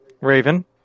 Raven